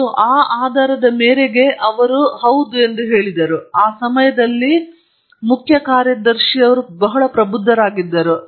ಮತ್ತು ಆ ಆಧಾರದ ಮೇರೆಗೆ ಅವರು ಹೌದು ಎಂದು ಹೇಳಿದರು ಆ ಸಮಯದಲ್ಲಿ ಮುಖ್ಯ ಕಾರ್ಯದರ್ಶಿ ಅವರು ಬಹಳ ಪ್ರಬುದ್ಧರಾಗಿದ್ದರು